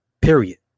period